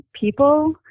people